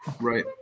Right